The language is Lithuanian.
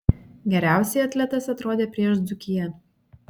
geriausiai atletas atrodė prieš dzūkiją